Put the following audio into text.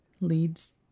leads